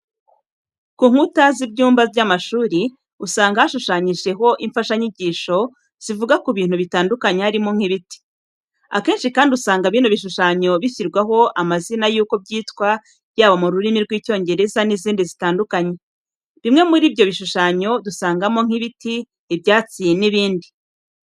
Ku nkuta z'ibyumba by'amashuri usanga hashushanyijeho imfashanyigisho zivuga ku bintu bitandukanye harimo nk'ibiti. Akenshi kandi usanga bino bishushanyo bishyirwaho amazina yuko byitwa yaba mu rurimi rw'Icyongereza n'izindi zitandukanye. Bimwe muri ibyo bishushanyo dusangamo nk'ibiti, ibyatsi n'ibindi.